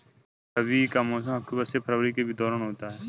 रबी का मौसम अक्टूबर से फरवरी के दौरान होता है